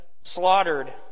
slaughtered